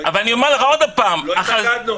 לא התנגדנו.